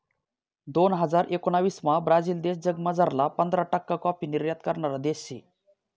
दोन हजार एकोणाविसमा ब्राझील देश जगमझारला पंधरा टक्का काॅफी निर्यात करणारा देश शे